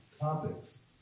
topics